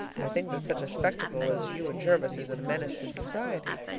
i think that such a spectacle as you and jervis is a menace to society.